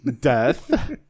Death